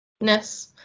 ness